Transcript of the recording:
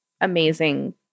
amazing